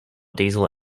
diesel